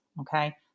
okay